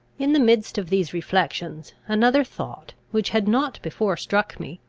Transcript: in the midst of these reflections, another thought, which had not before struck me,